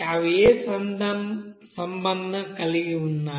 అవి ఏ సంబంధం కలిగి ఉన్నాయి